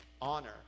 honor